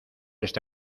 este